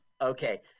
Okay